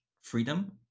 freedom